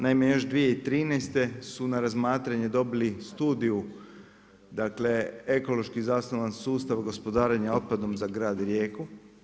Naime, još 2013. su na razmatranje dobili studiju, dakle ekološki zasnovan sustav gospodarenja otpadom za grad Rijeku.